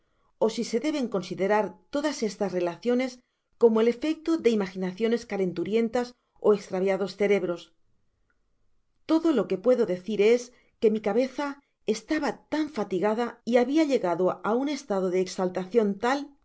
ó si se deben considerar todas estas relaciones como el efecto de imaginaciones calenturientas ó estraviados cerebros todo lo que puedo decir es que mi cabeza estaba tan fatigada y habia llegado á un estada de exaltacion tal